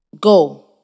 Go